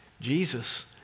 Jesus